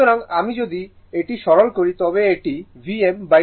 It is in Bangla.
সুতরাং আমি যদি এটি সরল করি তবে এটি Vm 2 হবে